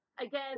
again